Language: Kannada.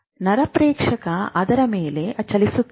ನರಪ್ರೇಕ್ಷಕ ಅದರ ಮೇಲೆ ಚಲಿಸುತ್ತದೆ